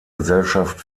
gesellschaft